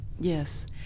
Yes